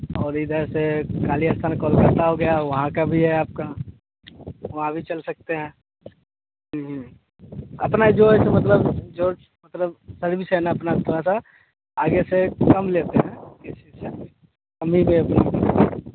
और इधर से काली अस्थान कोलकाता हो गया वहाँ का भी है आपका वहाँ भी चल सकते हैं अपना ही जो है सो मतलब जो मतलब सर्विस है ना अपना थोड़ा सा आगे से कम लेते हैं इसी से हम ही